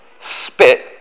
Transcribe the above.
Spit